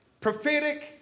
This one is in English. prophetic